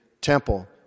temple